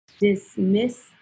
dismiss